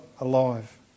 alive